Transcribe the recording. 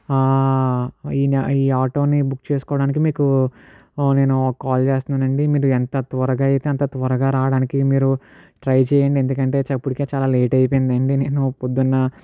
ఈయన ఈ ఆటోని బుక్ చేసుకోవడానికి మీకు నేను కాల్ చేస్తున్నాను అండి మీరు ఎంత త్వరగా అయితే అంత త్వరగా రావడానికి మీరు ట్రై చేయండి ఎందుకంటే చప్పుడుకే చాలా లేట్ అయిపోయిందండి నేను పొద్దున్న